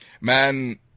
Man